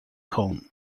cone